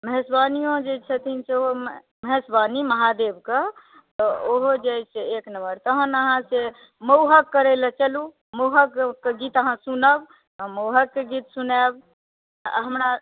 महेशवानियो जे छथिन जे महेशवाणी महादेव के ओहो जे छै एक नम्बर तखन अहाँ से मौहक करैय लय चलू मौहक के गीत अहाँ सुनब हम मौहक के गीत सुनायब हमरा